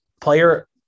player